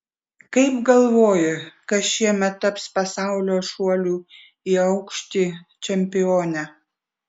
kaip galvoji kas šiemet taps pasaulio šuolių į aukštį čempione